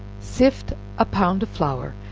sift a pound of flour,